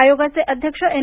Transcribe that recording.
आयोगाचे अध्यक्ष एन